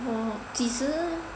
oh 几时